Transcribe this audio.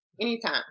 Anytime